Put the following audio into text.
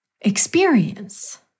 experience